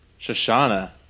Shoshana